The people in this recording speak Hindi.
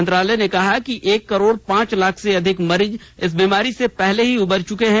मंत्रालय ने कहा कि एक करोड़ पांच लाख से अधिक मरीज इस बीमारी से पहले ही उबर चुके हैं